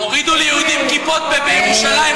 הורידו כיפות ליהודים בירושלים,